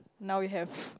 now you have